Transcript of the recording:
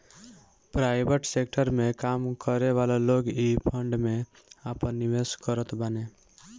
private sector में काम करेवाला लोग इ फंड में आपन निवेश करत बाने